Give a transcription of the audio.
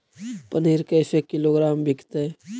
पनिर कैसे किलोग्राम विकतै?